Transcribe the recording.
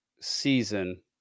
season